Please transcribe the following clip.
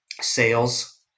Sales